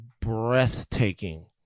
breathtaking